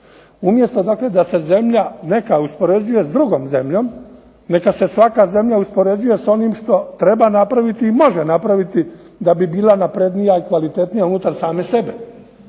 Umjesto dakle da se zemlja neka uspoređuje sa drugom zemljom, neka se svaka zemlja uspoređuje sa onim što treba napraviti i može napraviti da bi bila naprednija i kvalitetnija unutar same sebe.